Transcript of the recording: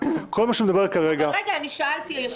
אני שאלתי.